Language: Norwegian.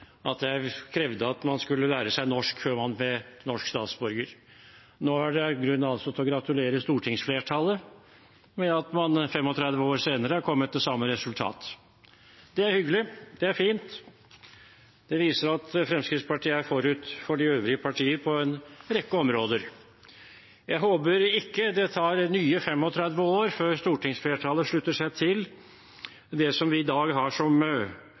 at jeg krevde at man skulle lære seg norsk før man ble norsk statsborger. Nå er det grunn til å gratulere stortingsflertallet med at man 35 år senere har kommet til samme resultat. Det er hyggelig. Det er fint. Det viser at Fremskrittspartiet er forut for de øvrige partier på en rekke områder. Jeg håper ikke det tar nye 35 år før stortingsflertallet slutter seg til det som vi i dag har som